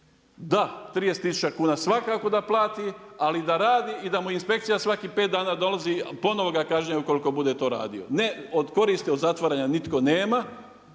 Da, 30000 kuna svakako da plati ali da radi i da mu inspekcija svakih 5 dana dolazi, ponovno ga kažnjava ukoliko bude to radio. Ne od koristi od zatvaranja nitko nema,